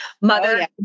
mother